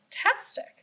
fantastic